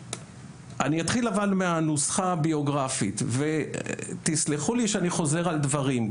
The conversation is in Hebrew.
אני אתחיל אבל מהנוסחה הביוגרפית ותסלחו לי שאני חוזר על דברים,